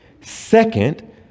Second